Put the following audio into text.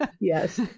Yes